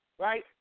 right